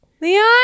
Leon